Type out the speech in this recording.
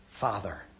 Father